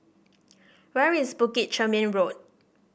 where is Bukit Chermin Road